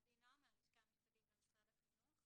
הלשכה המשפטית במשרד החינוך.